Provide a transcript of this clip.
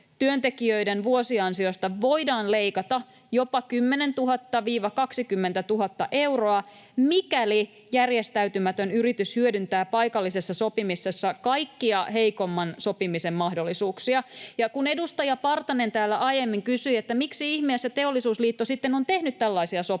työntekijöiden vuosiansiosta voidaan leikata jopa 10 000—20 000 euroa, mikäli järjestäytymätön yritys hyödyntää paikallisessa sopimisessa kaikkia heikomman sopimisen mahdollisuuksia. Kun edustaja Partanen täällä aiemmin kysyi, miksi ihmeessä Teollisuusliitto sitten on tehnyt tällaisia sopimuksia,